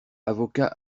avocat